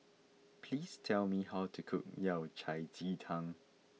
please tell me how to cook Yao Cai Ji Tang